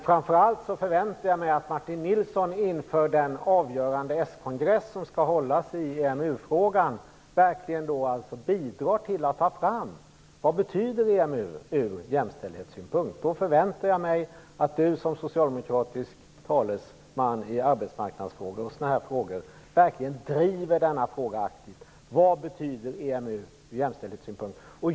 Framför allt förväntar jag mig att Martin Nilsson inför den avgörande s-kongress som skall hållas i EMU-frågan verkligen bidrar till att ta fram vad EMU betyder ur jämställdhetssynpunkt. Jag förväntar jag mig att han som socialdemokratisk talesman i arbetsmarknadsfrågor och sådana här frågor, verkligen driver frågan om vad EMU betyder ur jämställdhetssynpunkt.